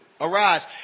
Arise